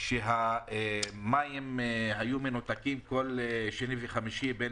שהמים היו מנותקים כל שני וחמישי בין